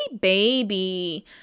baby